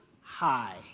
High